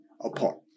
apart